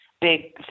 big